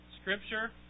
Scripture